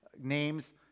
names